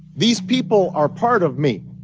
these people are part of me.